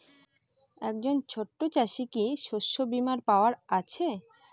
একজন ছোট চাষি কি শস্যবিমার পাওয়ার আছে?